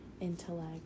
intellect